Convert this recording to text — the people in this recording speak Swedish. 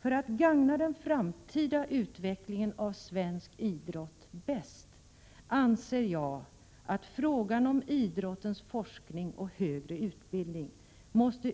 För att gagna den framtida utvecklingen av svensk idrott bäst måste, anser jag, frågan om idrottens forskning och högre utbildning